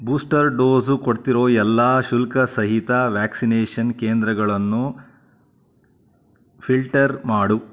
booster dose ಕೊಡ್ತಿರೋ ಎಲ್ಲ ಶುಲ್ಕಸಹಿತ ವ್ಯಾಕ್ಸಿನೇಷನ್ ಕೇಂದ್ರಗಳನ್ನು ಫಿಲ್ಟರ್ ಮಾಡು